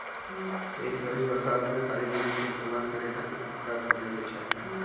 ए बरिस बरसात में खाली जमीन के इस्तेमाल करे खातिर पोखरा खोने के चाही